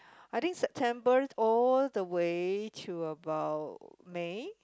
I think September all the way to about May